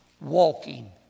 walking